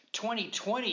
2020